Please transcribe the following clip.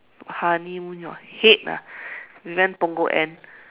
honeymoon your head ah we went Punggol end